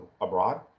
abroad